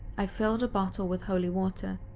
i filled a bottle with holy water.